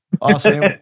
Awesome